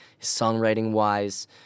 songwriting-wise